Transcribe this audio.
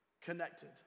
connected